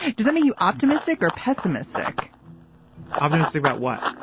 does it make you optimistic or pessimistic optimistic about what.